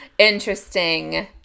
Interesting